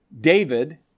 David